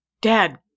dad